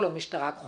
או למשטרה הכחולה.